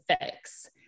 fix